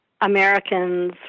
Americans